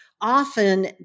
Often